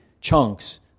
chunks